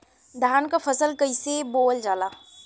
धान क फसल कईसे बोवल जाला?